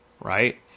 right